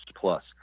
plus